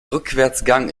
rückwärtsgang